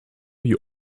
you